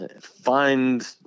find